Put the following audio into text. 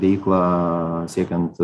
veiklą siekiant